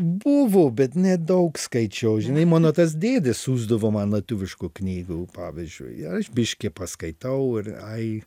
buvo bet nedaug skaičiau žinai mano tas dėdė siųsdavo man lietuviškų knygų pavyzdžiui aš biškį paskaitau ir ai